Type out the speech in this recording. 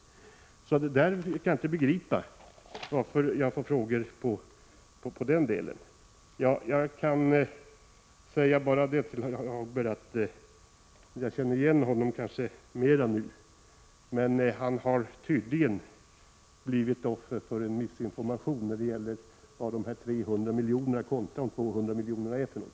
Jag kan därför inte begripa varför jag får frågor om detta. Jag börjar känna igen Anders G Högmark nu, men han har tydligen blivit offer för en desinformation när det gäller vad dessa 300 miljoner kontra de 200 miljonerna är för något.